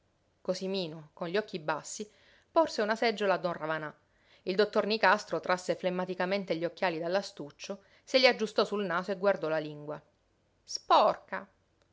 lingua cosimino con gli occhi bassi porse una seggiola a don ravanà il dottor nicastro trasse flemmaticamente gli occhiali dall'astuccio se li aggiustò sul naso e guardò la lingua sporca